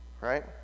right